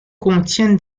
contiennent